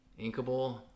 Inkable